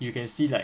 you can see like